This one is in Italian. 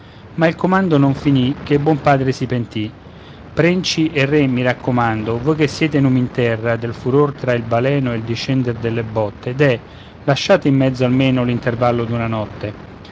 ma il comando non finì che il buon padre si pentì prenci e re mi raccomando voi che siete numi in terra del furore tra il baleno e il discender delle botte deh lasciate in mezzo almeno l'intervallo d'una notte